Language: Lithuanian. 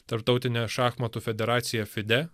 tarptautinė šachmatų federacija fide